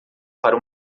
para